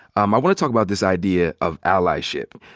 um i wanna talk about this idea of allyship.